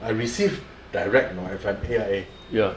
I receive direct you know if I pay